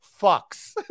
fucks